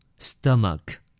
Stomach